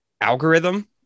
algorithm